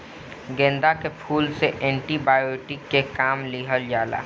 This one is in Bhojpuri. गेंदा के फूल से एंटी बायोटिक के काम लिहल जाला